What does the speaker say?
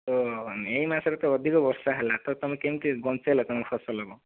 ଓ ଏହିମାସରେ ତ ଅଧିକ ବର୍ଷା ହେଲା ତ ତୁମେ କେମିତି ବଞ୍ଚେଇଲ ତୁମ ଫସଲକୁ